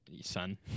son